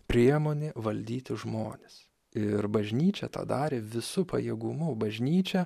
priemonė valdyti žmones ir bažnyčia tą darė visu pajėgumu bažnyčia